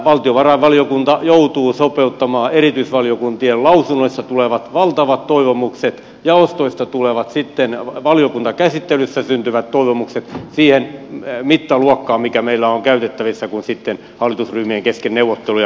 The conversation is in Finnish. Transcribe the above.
valtiovarainvaliokunta joutuu sopeuttamaan erityisvaliokuntien lausunnoissa tulevat valtavat toivomukset ja jaostoista tulevat valiokuntakäsittelyssä syntyvät toivomukset siihen mittaluokkaan mikä meillä on käytettävissä kun sitten hallitusryhmien kesken käydään neuvotteluja